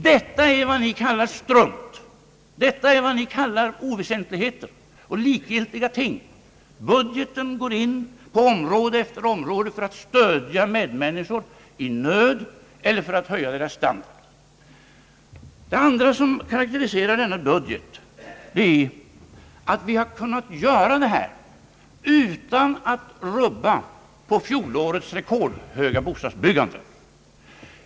Detta är vad ni kallar strunt, oväsentligheter och likgiltiga ting. Budgeten går på område efter område in för att stödja medmänniskor i nöd eller för att höja deras standard. Det andra som karakteriserar budgeten är att vi kunnat göra detta utan att rubba på fjolårets rekordhöga bostadsbyggande.